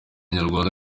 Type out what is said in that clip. nyarwanda